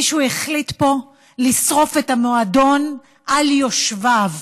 מישהו החליט פה לשרוף את המועדון על יושביו.